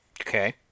Okay